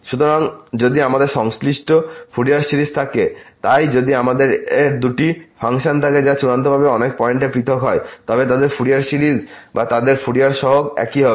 সুতরাং যদি আমাদের সংশ্লিষ্ট ফুরিয়ার সিরিজ থাকে তাই যদি আমাদের দুটি ফাংশন থাকে যা চূড়ান্তভাবে অনেক পয়েন্টে পৃথক হয় তবে তাদের ফুরিয়ার সিরিজ বা তাদের ফুরিয়ার সহগ একই হবে